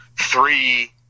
three